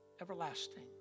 everlasting